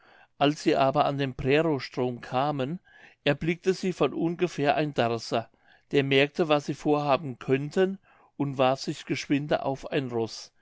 als sie aber an den prerow strom kamen erblickte sie von ungefähr ein darßer der merkte was sie vorhaben könnten und warf sich geschwinde auf ein roß